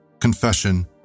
confession